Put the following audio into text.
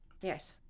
Yes